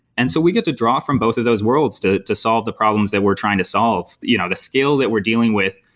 and so we get to draw from both of those worlds to to solve the problems that we're trying to solve. you know the scale that we're dealing with,